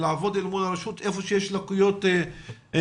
לעבוד אל מול הרשות איפה שיש לקויות חמורות,